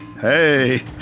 Hey